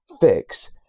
fix